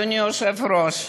אדוני היושב-ראש,